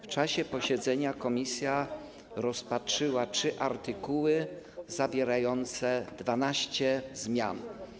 W czasie posiedzenia komisja rozpatrzyła trzy artykuły zawierające 12 zmian.